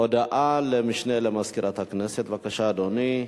הודעה למשנה למזכירת הכנסת, בבקשה, אדוני.